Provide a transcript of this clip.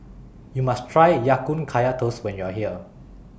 YOU must Try Ya Kun Kaya Toast when YOU Are here